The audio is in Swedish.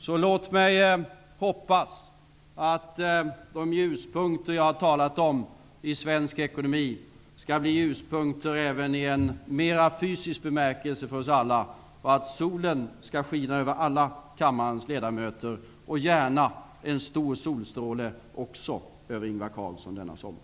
Sedan hoppas jag att de ljuspunkter i svensk ekonomi som jag har talat om skall bli ljuspunkter även i en mera fysisk bemärkelse för oss alla och att solen skall skina över alla kammarens ledamöter -- gärna en stor solstråle också över Ingvar Carlsson denna sommar.